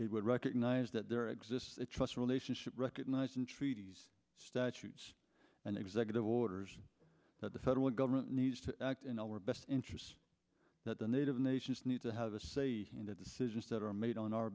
it would recognize that there exists a trust relationship recognized in treaties statutes and executor orders that the federal government needs to act in our best interest that the native nations need to have a say in the decisions that are made on our